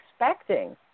expecting